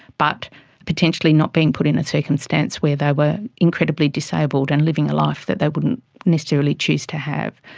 but potentially not being put in a circumstance where they were incredibly disabled and living a life that they wouldn't necessarily choose to have.